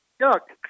Look